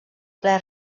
ple